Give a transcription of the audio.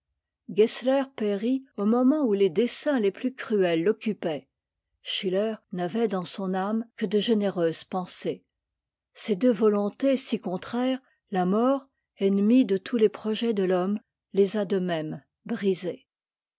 périt au moment où les desseins les plus cruels l'occupaient schiller n'avait dans son âme que de généreuses pensées ces deux volontés si contraires la mort ennemie de tous les projets de l'homme les a de même brisées